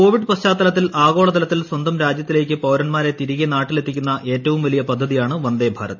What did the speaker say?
Covid പശ്ചാത്തലത്തിൽ ആഗോളതലത്തിൽ സ്വന്തം രാജ്യത്തിലേക്ക് പൌരന്മാരെ തിരികെ നാട്ടിലെത്തിക്കുന്ന ഏറ്റവും വലിയ പദ്ധതിയാണ് വന്ദേ ഭാരത്